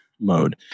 mode